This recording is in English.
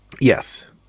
Yes